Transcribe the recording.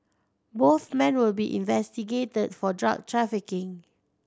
both men will be investigated for drug trafficking